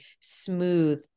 smooth